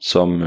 Som